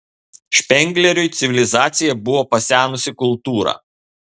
špengleriui civilizacija buvo pasenusi kultūra